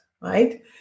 right